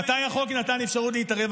מתי החוק נתן אפשרות להתערב?